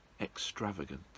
extravagant